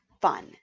fun